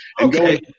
Okay